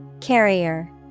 Carrier